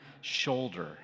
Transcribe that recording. shoulder